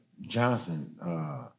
Johnson